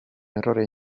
errore